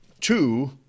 two